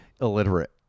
illiterate